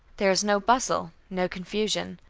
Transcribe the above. there was no bustle, no confusion.